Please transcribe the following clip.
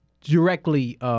directly